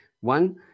One